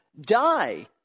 die